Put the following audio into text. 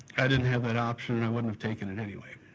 i didn't have that option, i wouldn't have taken it anyway.